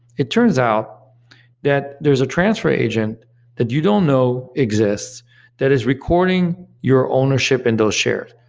it turns out that there's a transfer agent that you don't know exists that is recording your ownership and those shares.